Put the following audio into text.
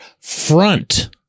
front